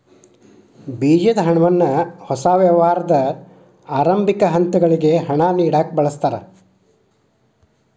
ಬೇಜದ ಹಣವನ್ನ ಹೊಸ ವ್ಯವಹಾರದ ಆರಂಭಿಕ ಹಂತಗಳಿಗೆ ಹಣ ನೇಡಕ ಬಳಸ್ತಾರ